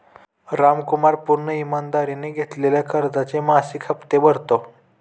रामकुमार पूर्ण ईमानदारीने घेतलेल्या कर्जाचे मासिक हप्ते भरतो